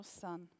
Son